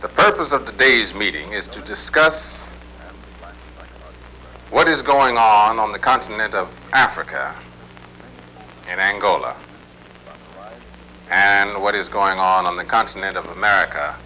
the purpose of today's meeting is to discuss what is going on on the continent of africa in angola and what is going on on the continent of america